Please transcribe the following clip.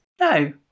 No